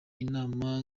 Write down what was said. inama